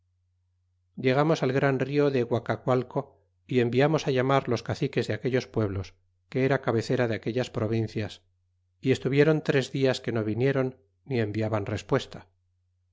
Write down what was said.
llegamos al gran rio de gua cacualco y enviamos á llamarlos caciques de aquellos pueblos que era cabecera de aquellas provincias y estuviéron tres dias que no viniéron ni enviaban respuesta